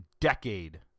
decade